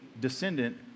descendant